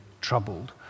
troubled